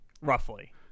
roughly